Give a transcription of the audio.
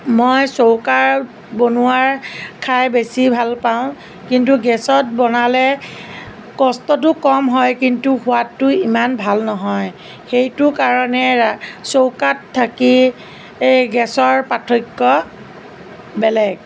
মই চৌকাৰ বনোৱা খাই বেছি ভাল পাওঁ কিন্তু গেছত বনালে কষ্টটো কম হয় কিন্তু সোৱাদটো ইমান ভাল নহয় সেইটো কাৰণে ৰা চৌকাত থাকি এই গেছৰ পাৰ্থক্য বেলেগ